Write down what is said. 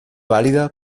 válida